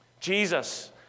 Jesus